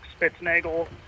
Spitznagel